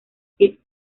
cid